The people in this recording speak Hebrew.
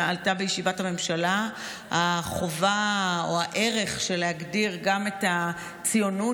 עלתה בישיבת הממשלה החובה או הערך של להגדיר גם את הציונות